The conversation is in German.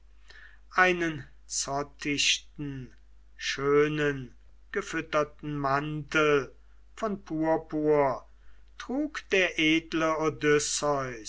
einen zottichten schönen gefütterten mantel von purpur trug der edle